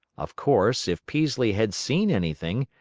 of course, if peaslee had seen anything,